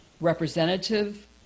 representative